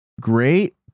great